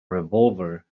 revolver